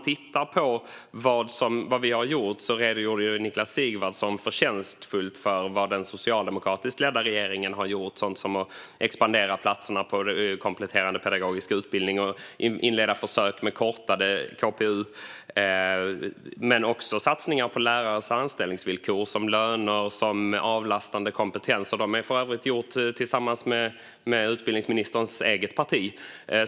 Niklas Sigvardsson redogjorde förtjänstfullt för vad den socialdemokratiskt ledda regeringen har gjort. Det har varit sådant som att expandera platserna på kompletterande pedagogisk utbildning och att inleda försök med kortare KPU. Det har också varit satsningar på lärares anställningsvillkor - löner, avlastande kompetens och så vidare. Det har man för övrigt gjort tillsammans med utbildningsministerns eget parti.